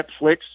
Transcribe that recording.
Netflix